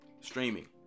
streaming